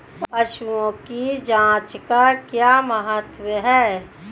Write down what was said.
पशुओं की जांच का क्या महत्व है?